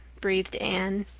breathed anne.